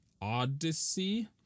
Odyssey